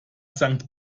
sankt